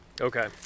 Okay